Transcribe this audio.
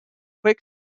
quick